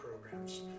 programs